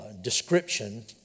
description